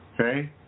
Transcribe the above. Okay